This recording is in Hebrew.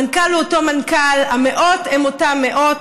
המנכ"ל הוא אותו מנכ"ל, המאות הן אותן מאות,